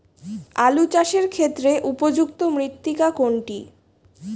আলু চাষের ক্ষেত্রে উপযুক্ত মৃত্তিকা কোনটি?